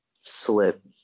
slip